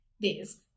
days